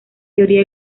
teoría